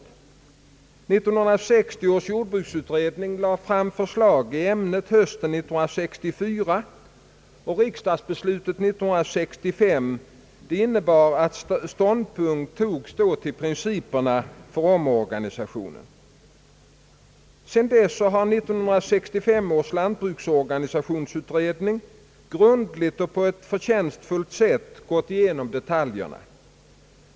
1960 års jordbruksutredning lade fram förslag i ämnet hösten 1964, och riksdagsbeslutet 1965 innebar att ståndpunkt togs till principerna för omorganisationen. Sedan dess har 1965 års lantbruksorganisationsutredning grundligt och på ett förtjänstfullt sätt gått igenom detaljerna.